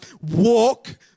walk